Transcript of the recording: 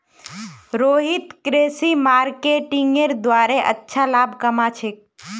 रोहित कृषि मार्केटिंगेर द्वारे अच्छा लाभ कमा छेक